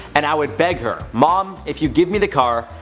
and i would beg her, mom if you give me the car,